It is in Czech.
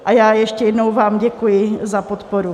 A ještě jednou vám děkuji za podporu.